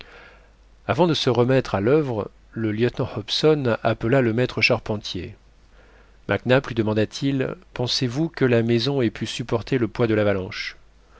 avant de se remettre à l'oeuvre le lieutenant hobson appela le maître charpentier mac nap lui demanda-t-il pensez-vous que la maison ait pu supporter le poids de l'avalanche